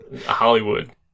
Hollywood